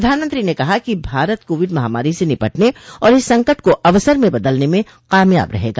प्रधानमंत्री ने कहा कि भारत कोविड महामारी से निपटने और इस संकट को अवसर में बदलने में कामयाब रहेगा